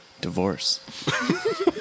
divorce